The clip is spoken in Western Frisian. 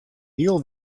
hiel